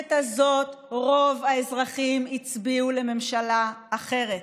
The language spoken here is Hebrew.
בכנסת הזאת רוב האזרחים הצביעו לממשלה אחרת.